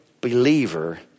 believer